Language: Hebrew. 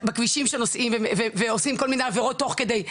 בכבישים שאנשים נוסעים ועושים כל מיני עבירות תוך כדי,